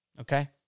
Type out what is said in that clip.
Okay